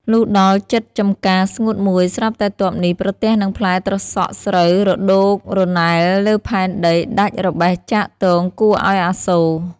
លុះដល់ជិតចំការស្ងួតមួយស្រាប់តែទ័ពនេះ ប្រទះនឹងផ្លែត្រសក់ស្រូវរដូករណែលលើផែនដី ដាច់របេះចាកទងគួរឱ្យអាសូរ ។